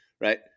right